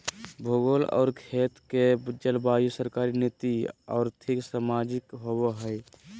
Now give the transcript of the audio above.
भूगोल और खेत के जलवायु सरकारी नीति और्थिक, सामाजिक होबैय हइ